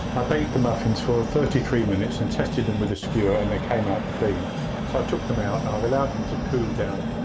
i baked the muffins for thirty three minutes and tested them with a skewer and they came out clean so i took them out and i've allowed them to cool down,